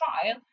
trial